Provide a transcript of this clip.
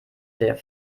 der